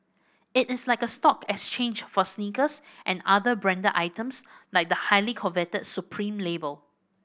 it is like a stock exchange for sneakers and other branded items like the highly coveted Supreme label